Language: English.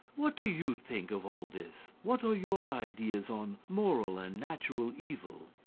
what do you think of all this? what are your ideas on moral and natural evil?